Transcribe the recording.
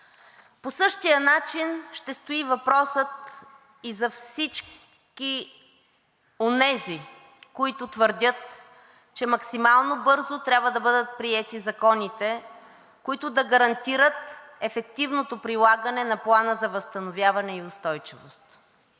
По същия начин ще стои въпросът и за всички онези, които твърдят, че максимално бързо трябва да бъдат приети законите, които да гарантират ефективното прилагане на Плана за възстановяване и устойчивост